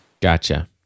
Gotcha